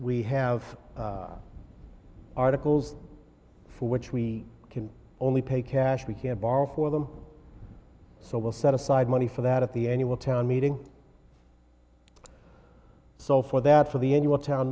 we have articles for which we can only pay cash we can't borrow for them so we'll set aside money for that at the annual town meeting so for that for the annual town